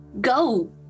Go